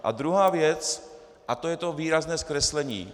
A druhá věc a to je to výrazné zkreslení.